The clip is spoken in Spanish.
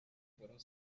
fueron